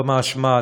לא מהאשמה,